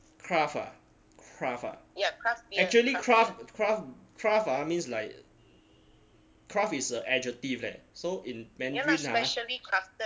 craft ah craft ah actually craft craft craft ah means like craft is a adjective leh so in mandarin ah